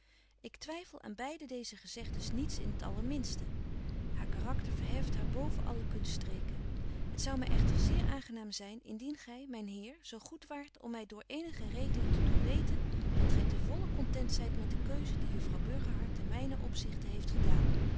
ik twyffel aan beide deeze gezegdens niets in t allerminste haar karakter verheft haar boven alle kunststreken het zou my echter zeer aangenaam zyn indien gy myn heer zo goed waart om my door eenige regelen te doen weten dat gy ten vollen content zyt met de keuze die juffrouw burgerhart ten mynen opzichte heeft gedaan